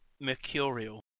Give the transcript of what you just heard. mercurial